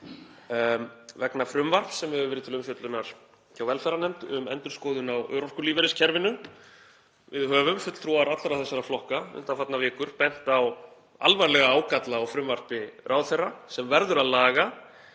vegna frumvarps sem hefur verið til umfjöllunar hjá velferðarnefnd um endurskoðun á örorkulífeyriskerfinu. Við höfum, fulltrúar allra þessara flokka, undanfarnar vikur, bent á alvarlega ágalla á frumvarpi ráðherra sem verður að laga.